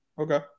Okay